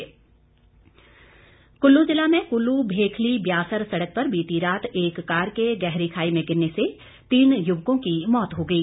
दुर्घटना कुल्लू ज़िला में कुल्लू भेखली व्यासर सड़क पर बीती रात एक कार के गहरी खाई में गिरकर तीन युवकों की मौत हो गई